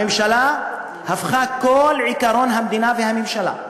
הממשלה הפכה את כל עקרון המדינה והממשלה,